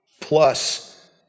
Plus